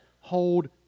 hold